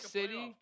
City